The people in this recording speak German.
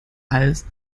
als